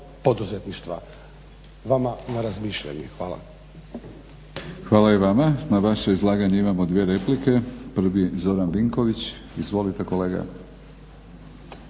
Hvala i vama. Na vaše izlaganje imamo dvije replike. Prvi Zoran Vinković. Izvolite kolega.